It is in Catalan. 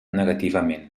negativament